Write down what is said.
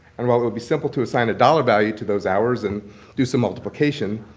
and whale it would be simple to assign a dollar value to those hours and do some multiplication,